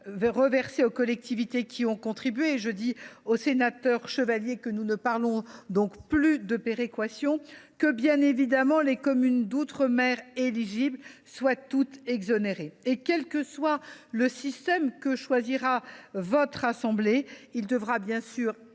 reversés aux collectivités ayant contribué. Monsieur Chevalier, nous ne parlons donc plus de péréquation, et, bien évidemment, les communes d’outre mer éligibles seront toutes exonérées. Quel que soit le système que choisira votre assemblée, il devra être